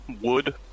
wood